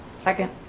second.